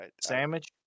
sandwich